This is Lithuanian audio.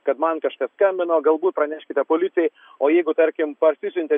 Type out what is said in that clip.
kad man kažkas skambino galbūt praneškite policijai o jeigu tarkim parsisiuntė